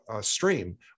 stream